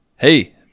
Hey